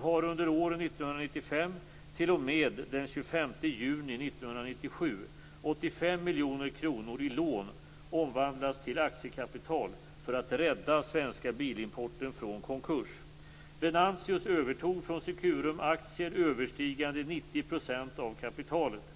har under åren 1995 t.o.m. den 25 juni 1987 85 miljoner kronor i lån omvandlats till aktiekapital för att rädda Svenska Bilimporten från konkurs. Venantius övertog från Securum aktier överstigande 90 % av kapitalet.